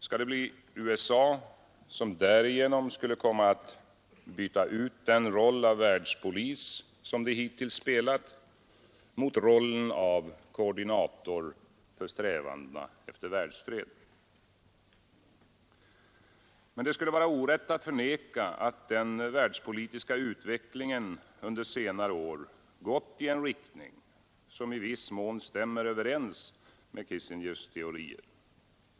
Skall det bli USA, som därigenom skulle komma att utbyta den roll av världspolis det hittills spelat mot rollen av koordinator för strävandena efter världsfred? Det skulle dock vara orätt att förneka att den världspolitiska utvecklingen under senare år gått i en riktning som i viss mån stämmer överens med Kissingers teorier.